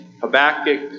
Habakkuk